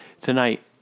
tonight